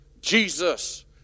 Jesus